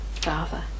father